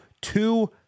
two